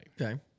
okay